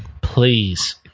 Please